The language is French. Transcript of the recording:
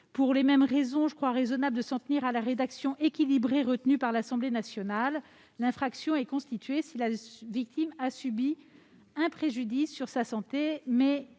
que je viens d'exposer, je crois raisonnable de s'en tenir à la rédaction équilibrée retenue par l'Assemblée nationale : l'infraction est constituée si la victime a subi un préjudice quant à sa santé, mais